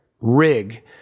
rig